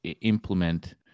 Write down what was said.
implement